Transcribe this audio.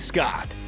Scott